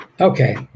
Okay